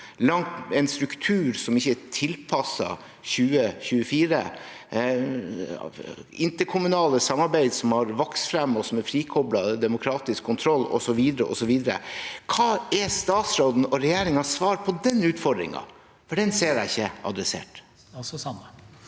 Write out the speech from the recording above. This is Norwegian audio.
en struktur som ikke er tilpasset 2024 – det interkommunale samarbeidet som har vokst frem, og som er frikoblet demokratisk kontroll osv., osv. Hva er statsråden og regjeringens svar på den utfordringen? Den ser jeg ikke adressert.